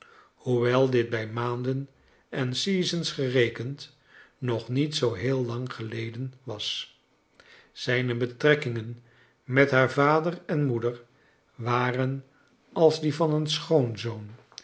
hoewel dit bij inaanden en seasons gerekend nog niet zoo heel lang geleden was zijne betrekkingen met haar vader en moeder waren als die van een schoonzoon